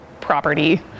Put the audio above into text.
property